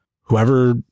whoever